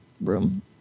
room